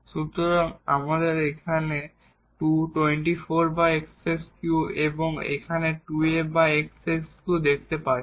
সুতরাং আমরা এখানে 24x3 এবং এখানে 2Ax3 দেখতে পাচ্ছি